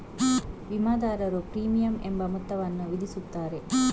ವಿಮಾದಾರರು ಪ್ರೀಮಿಯಂ ಎಂಬ ಮೊತ್ತವನ್ನು ವಿಧಿಸುತ್ತಾರೆ